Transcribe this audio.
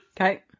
Okay